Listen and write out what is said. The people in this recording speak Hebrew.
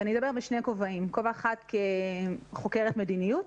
אדבר בשני כובעים: כובע אחד כחוקרת מדיניות